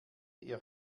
ihr